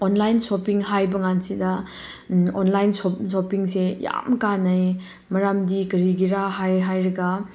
online shopping ꯍꯥꯏꯕꯀꯥꯟꯁꯤꯗ online ꯁꯣꯞꯄꯤꯡꯁꯦ ꯌꯥꯝ ꯀꯥꯟꯅꯩ ꯃꯔꯝꯗꯤ ꯀꯔꯤꯒꯤ ꯍꯥꯏꯔꯒ